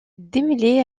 démêlés